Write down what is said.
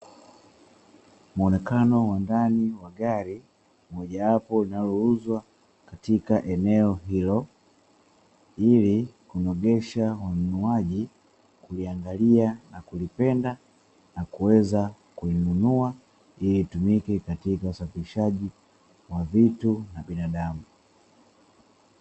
Muonekano wa ndani wa gari moja wapo linalouzwa katika eneo hilo, ili kunogesha wanunuaji kuliangalia na kulipenda na kuweza kulinunua ili litumike katika usafirishaji wa vitu na binadamu.